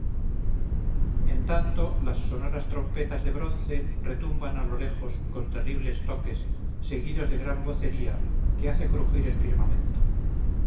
en tanto las sonoras trompetas de bronce retumban a los lejos con terribles toques seguidos de gran vocería que hace crujir el firmamento